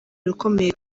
ukomeye